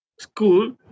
school